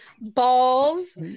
balls